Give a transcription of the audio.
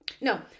No